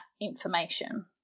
information